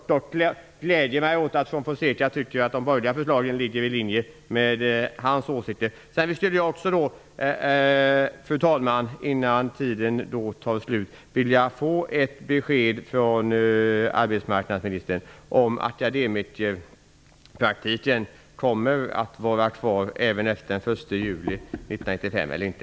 Jag gläder mig dock att Juan Fonseca tycker att de borgerliga förslagen ligger i linje med hans åsikter. Till sist skulle jag, fru talman, vilja få ett besked ifrån arbetsmarknadsministern om huruvida akademikerpraktiken kommer att vara kvar även efter den 1 juli 1995 eller inte.